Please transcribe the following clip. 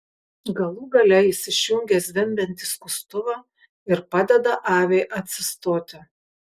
galų gale jis išjungia zvimbiantį skustuvą ir padeda aviai atsistoti